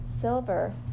Silver